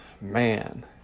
man